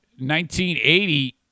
1980